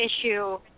issue